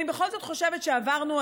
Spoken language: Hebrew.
אני בכל זאת חושבת שעברנו,